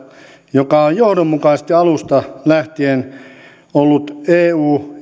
joka on johdonmukaisesti alusta lähtien ollut eu